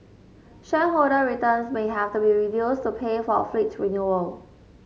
shareholder returns may have to be reduced to pay for a fleet renewal